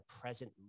present